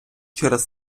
через